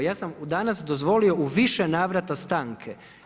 Ja sam danas dozvolio u više navrata stanke.